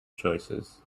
choices